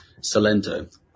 Salento